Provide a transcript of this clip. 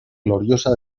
gloriosa